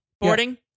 boarding